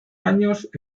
años